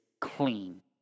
clean